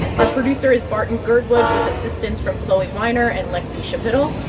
our producer is barton girdwood, with assistance from chloe weiner and lexie schapitl.